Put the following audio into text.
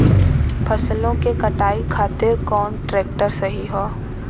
फसलों के कटाई खातिर कौन ट्रैक्टर सही ह?